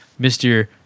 Mr